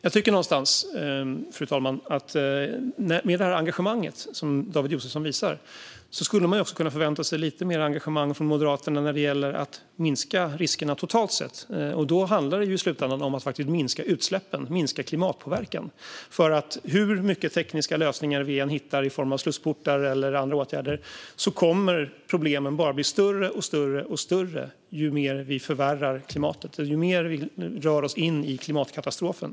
Jag tycker någonstans att med det engagemang som David Josefsson visar skulle man kunna förvänta sig lite mer engagemang från Moderaterna när det gäller att minska riskerna totalt sett. Då handlar det i slutänden om att minska utsläppen och klimatpåverkan. Hur mycket tekniska lösningar vi än hittar i form av slussportar eller andra åtgärder kommer problemen bara att bli allt större ju mer vi förvärrar klimatet och ju mer vi rör oss in i klimatkatastrofen.